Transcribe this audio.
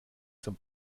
zum